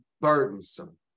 burdensome